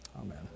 amen